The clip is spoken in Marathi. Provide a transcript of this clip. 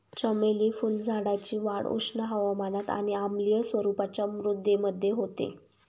चमेली फुलझाडाची वाढ उष्ण हवामानात आणि आम्लीय स्वरूपाच्या मृदेमध्ये होते